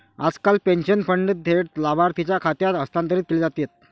आजकाल pension fund थेट लाभार्थीच्या खात्यात हस्तांतरित केले जातात